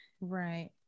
right